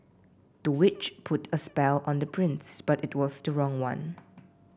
the witch put a spell on the prince but it was the wrong one